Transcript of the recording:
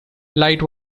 light